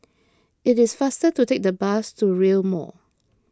it is faster to take the bus to Rail Mall